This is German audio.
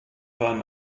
waren